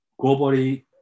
globally